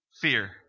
fear